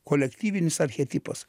kolektyvinis archetipas